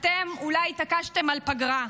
אתם אולי התעקשתם על פגרה,